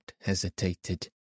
hesitated